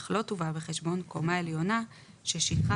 אך לא תובא בחשבון קומה עליונה ששטחה